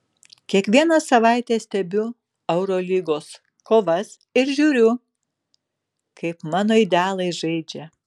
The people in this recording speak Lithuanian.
kiekvieną savaitę stebiu eurolygos kovas ir žiūriu kaip mano idealai žaidžia